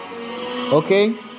Okay